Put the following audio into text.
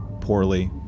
poorly